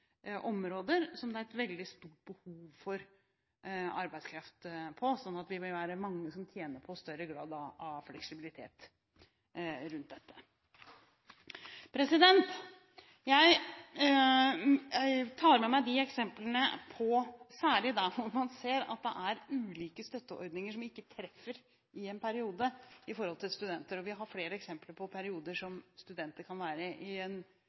det er veldig stort behov for arbeidskraft, så når det gjelder dette, vil dere være mange som tjener på en større grad av fleksibilitet. Jeg tar med meg eksemplene – særlig der man ser at det er ulike støtteordninger som i en periode ikke treffer for studenter. Vi har flere eksempler på perioder da studenter kan være i